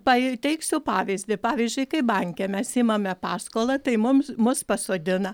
pateiksiu pavyzdį pavyzdžiui kai banke mes imame paskolą tai mums mus pasodina